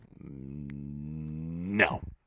No